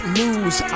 lose